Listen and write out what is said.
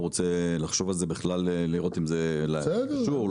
הוא רוצה לחשוב על זה לראות אם זה בכלל קשור.